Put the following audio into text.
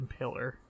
Impaler